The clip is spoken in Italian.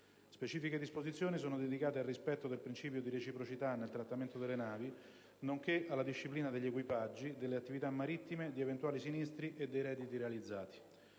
Specifiche disposizioni sono dedicate al rispetto del principio di reciprocità nel trattamento delle navi, nonché alla disciplina degli equipaggi, delle attività marittime, di eventuali sinistri e dei redditi realizzati.